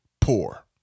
poor